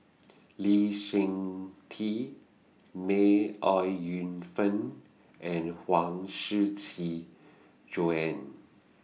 Lee Seng Tee May Ooi Yu Fen and Huang Shiqi Joan